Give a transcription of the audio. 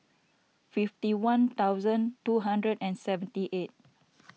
fifty one thousand two hundred and seventy eight